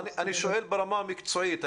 אני שואל ברמה המקצועית.